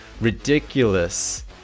ridiculous